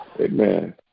Amen